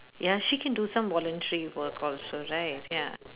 ya she can do some voluntary work also right ya